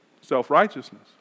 Self-righteousness